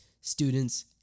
students